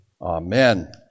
Amen